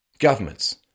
Governments